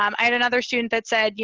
um i had another student that said, yeah